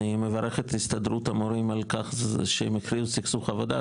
אני מברך את הסתדרות המורים על כך שהם הכריזו סכסוך עבודה.